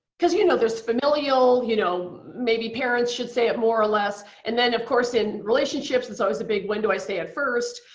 you know there's familial, you know maybe parents should say it more or less. and then of course in relationships there's always a big, when do i say it first?